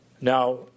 Now